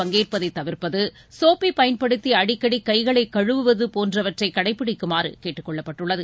பங்கேற்பதைதவிர்ப்பது சோப்பைபயன்படுத்திஅடிக்கடிகைகளைகழுவுவதுபோன்றவற்றைகடைப்பிடிக்குமாறுகேட்டுக்கொள்ளப்பட்டுள்ளது